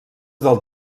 del